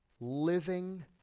living